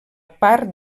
part